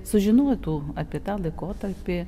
sužinotų apie tą laikotarpį